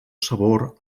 sabor